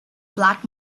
black